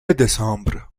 دسامبر